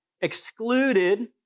excluded